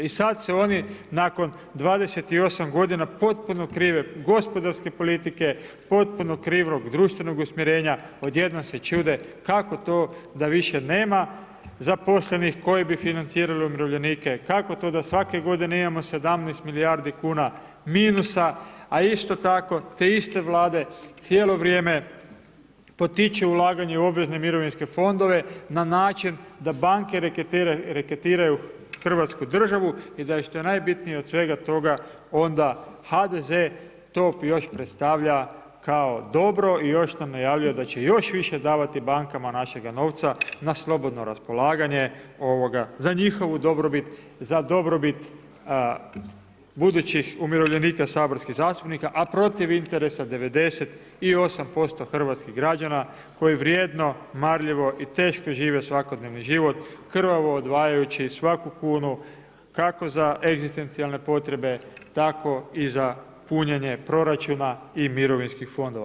I sad oni nakon 28 g. potpuno krive gospodarske politike, potpuno krivog društvenog usmjerenja, odjednom se čude kako to da više nema zaposlenih koji bi financirali umirovljenike, kako to da svake godine imamo 17 milijardi kuna minusa a isto tako te iste vlade cijelo vrijeme potiču ulaganje u obvezne mirovinske fondove na način da banke reketiraju hrvatsku državu i daj e što je najbitnije od svega toga onda HDZ to još predstavlja kao dobro i još nam najavljuje da će još više davati bankama našeg novca na slobodno raspolaganje za njihovu dobrobit, za dobrobit budućih umirovljenika saborskih zastupnika a protiv interesa 98% hrvatskih građana koji vrijedno, marljivo i teško žive svakodnevni život, krvavo odvajajući svaku kunu kako za egzistencijalne potrebe, tako i za punjenje proračuna i mirovinskih fondova.